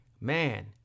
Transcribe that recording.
Man